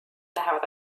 lähevad